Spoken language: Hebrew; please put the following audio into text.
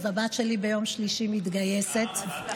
אז ביום שלישי הבת שלי מתגייסת,